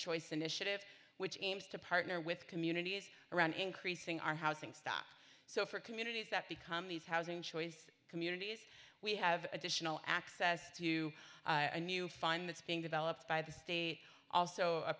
choice initiative which aims to partner with communities around increasing our housing stock so for communities that become these housing choice communities we have additional access to a new fund that's being developed by the state also a